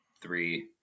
Three